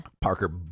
Parker